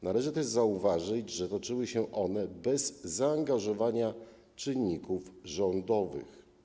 Należy też zauważyć, że toczyły się one bez zaangażowania czynników rządowych.